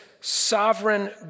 sovereign